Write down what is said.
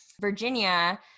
Virginia